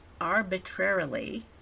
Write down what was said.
arbitrarily